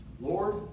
Lord